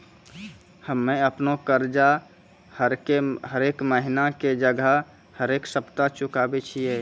हम्मे अपनो कर्जा हरेक महिना के जगह हरेक सप्ताह चुकाबै छियै